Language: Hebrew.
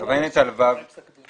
פסק דין